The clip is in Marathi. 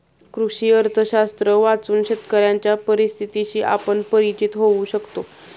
कृषी अर्थशास्त्र वाचून शेतकऱ्यांच्या परिस्थितीशी आपण परिचित होऊ शकतो